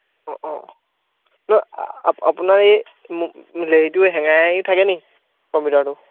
অঁ অঁ নহয় আপোনাৰ এই হেৰিটো হেঙাই আহি থাকে নি কম্পিউটাৰটো